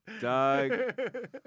Doug